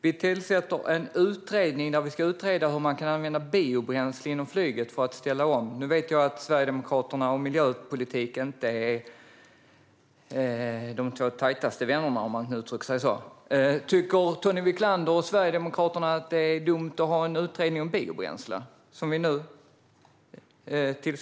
Vi tillsätter en utredning om hur man kan använda biobränsle inom flyget för att ställa om. Nu vet jag att Sverigedemokraterna och miljöpolitik inte är de två tajtaste vännerna. Tycker Tony Wiklander och Sverigedemokraterna att det är dumt att tillsätta en utredning om biobränsle?